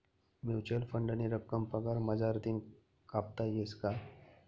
Mutual फंडनी रक्कम पगार मझारतीन कापता येस का?